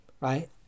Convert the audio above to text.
right